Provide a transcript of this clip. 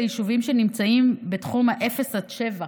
ליישובים שנמצאים בתחום 0 7 קילומטרים.